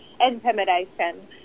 intimidation